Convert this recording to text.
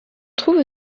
trouve